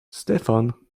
stefan